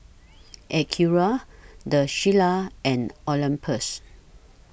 Acura The Shilla and Olympus